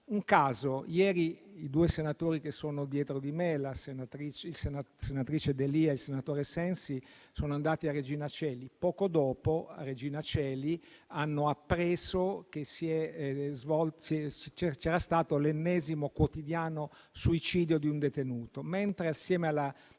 un caso: ieri i due senatori che sono dietro di me, la senatrice D'Elia e il senatore Sensi, sono andati a Regina Coeli; poco dopo hanno appreso che lì c'era stato l'ennesimo quotidiano suicidio di un detenuto. Mentre io ero a